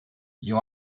you